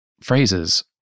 phrases